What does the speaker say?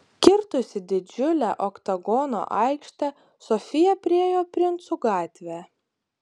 kirtusi didžiulę oktagono aikštę sofija priėjo princų gatvę